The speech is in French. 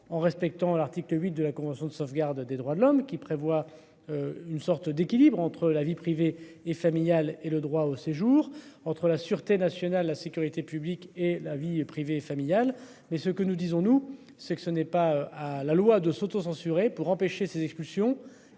en respectant l'article 8 de la Convention de sauvegarde des droits de l'homme qui prévoit. Une sorte d'équilibre entre la vie privée et familiale et le droit au séjour entre la Sûreté nationale, la sécurité publique et la vie privée et familiale. Mais ce que nous disons nous, c'est que ce n'est pas à la loi de s'autocensurer pour empêcher ces discussions,